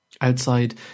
Outside